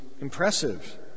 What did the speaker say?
impressive